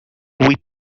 white